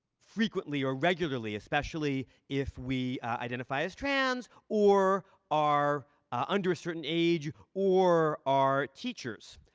frequently or regularly, especially if we identify as trans or are under a certain age or are teachers.